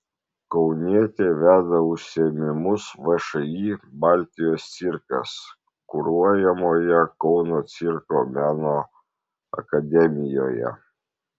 kaunietė veda užsiėmimus všį baltijos cirkas kuruojamoje kauno cirko meno akademijoje